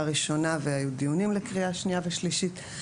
ראשונה והיו דיונים לקריאה שנייה ושלישית.